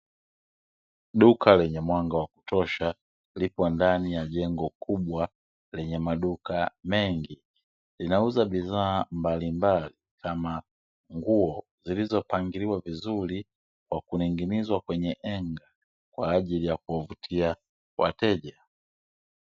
Duka lenye mwanga wakutosha liko ndani ya jengo kubwa lenye maduka mengi. Linauza bidhaa mbalimbali kama nguo zilizopangiliwa vizuri kwa kunig'inizwa kwenye heng'a kwa ajili ya kuwavutia wateja.